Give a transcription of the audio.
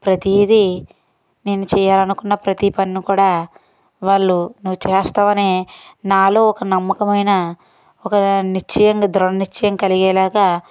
ప్రతిదీ నేను చేయాలనుకున్న ప్రతి పనిని కూడా వాళ్ళు నువ్వు చేస్తావనే నాలో ఒక నమ్మకమైన ఒక నిశ్చయంగా దృఢనిశ్చయం కలిగే లాగా